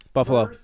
Buffalo